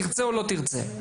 תרצה או לא תרצה.